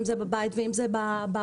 אם זה בבית ואם זה בעבודה,